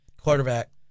Quarterback